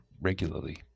regularly